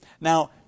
Now